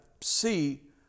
see